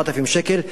4,000 שקל,